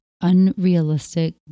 unrealistic